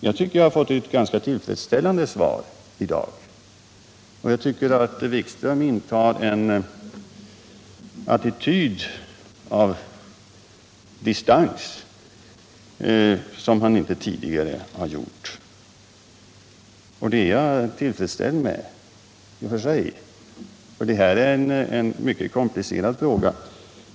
Jag tycker att jag fått ett ganska tillfredsställande svar, och jag finner att utbildningsministern intar en attityd av tveksamhet som han inte tidigare har gjort, vilket jag är tillfredsställd med i denna mycket komplicerade fråga.